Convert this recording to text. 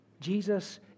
Jesus